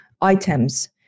items